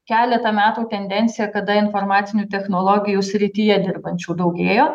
keletą metų tendenciją kada informacinių technologijų srityje dirbančių daugėjo